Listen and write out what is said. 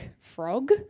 frog